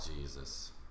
Jesus